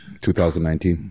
2019